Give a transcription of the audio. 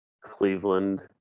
Cleveland